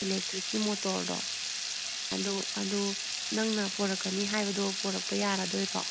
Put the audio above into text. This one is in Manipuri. ꯏꯂꯦꯛꯇ꯭ꯔꯤꯛꯀꯤ ꯃꯣꯇꯣꯔꯗꯣ ꯑꯗꯨ ꯅꯪꯅ ꯄꯨꯔꯛꯀꯅꯤ ꯍꯥꯏꯕꯗꯣ ꯄꯨꯔꯛꯄ ꯌꯥꯔꯗꯣꯏꯔꯣ